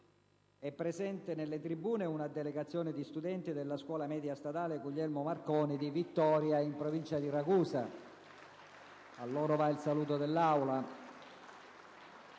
È presente in tribuna una rappresentanza di studenti della Scuola media statale «Guglielmo Marconi» di Vittoria, in provincia di Ragusa. A loro va il saluto dell'Aula.